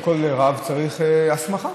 כל רב צריך הסמכה.